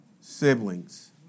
siblings